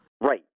Right